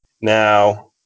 Now